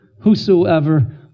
whosoever